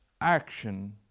Action